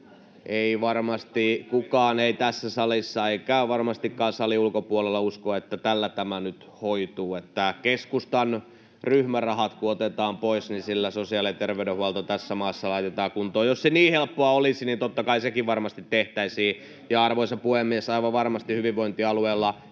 Ei varmasti kukaan tässä salissa eikä varmastikaan salin ulkopuolella usko, että tällä tämä nyt hoituu, että keskustan ryhmärahat kun otetaan pois, sillä sosiaali- ja terveydenhuolto tässä maassa laitetaan kuntoon. Jos se niin helppoa olisi, niin totta kai sekin varmasti tehtäisiin. Ja, arvoisa puhemies, aivan varmasti hyvinvointialueilla